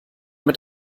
mit